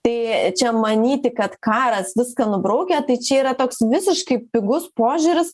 tai čia manyti kad karas viską nubraukia tai čia yra toks visiškai pigus požiūris